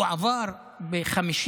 הוא עבר ב-49:50,